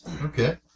Okay